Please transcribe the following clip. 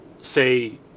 say